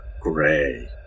gray